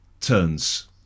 turns